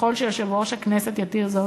וככל שיושב-ראש הכנסת יתיר זאת,